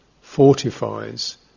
fortifies